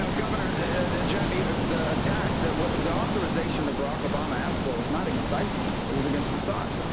so governor jeb, you the attack that the authorization that barack obama asked for was not against isis. it was against assad.